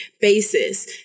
basis